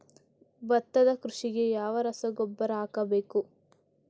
ಭತ್ತದ ಕೃಷಿಗೆ ಯಾವ ರಸಗೊಬ್ಬರ ಹಾಕಬೇಕು?